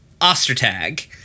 Ostertag